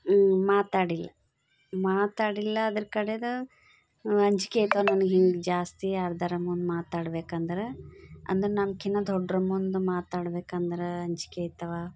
ಮಾತಾಡಿಲ್ಲ ಮಾತಾಡಿಲ್ಲ ಅದ್ರ ಕಡೆದ ಅಂಜಿಕೆ ಆಯ್ತವ ನನಗೆ ಹಿಂಗೆ ಜಾಸ್ತಿ ಯಾರದ್ದಾರ ಮುಂದೆ ಮಾತಾಡ್ಬೇಕೆಂದ್ರೆ ಅಂದ್ರೆ ನಮ್ಕಿಂತ ದೊಡ್ಡೋರ ಮುಂದೆ ಮಾತಾಡ್ಬೇಕೆಂದ್ರೆ ಅಂಜಿಕೆ ಆಯ್ತವ